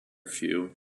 few